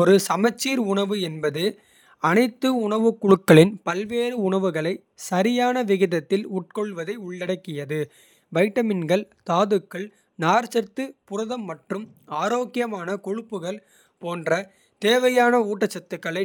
ஒரு சமச்சீர் உணவு என்பது அனைத்து உணவுக் குழுக்களின். பல்வேறு உணவுகளை சரியான விகிதத்தில் உட்கொள்வதை. உள்ளடக்கியது வைட்டமின்கள் தாதுக்கள் நார்ச்சத்து. புரதம் மற்றும் ஆரோக்கியமான கொழுப்புகள் போன்ற. தேவையான ஊட்டச்சத்துக்களை